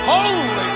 Holy